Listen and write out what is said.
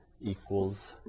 equals